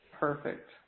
Perfect